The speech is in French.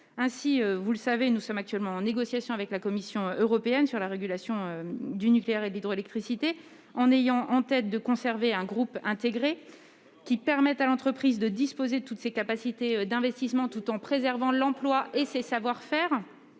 Vous le savez, nous sommes actuellement en négociation avec la Commission européenne sur la régulation du nucléaire et de l'hydroélectricité. Nous voulons conserver un groupe intégré permettant à l'entreprise de disposer de toutes ses capacités d'investissement, tout en préservant ses emplois et ses savoir-faire.